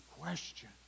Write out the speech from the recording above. question